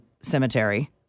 cemetery